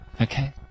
Okay